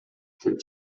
деп